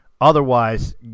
Otherwise